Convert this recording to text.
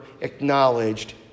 acknowledged